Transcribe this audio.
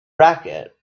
racket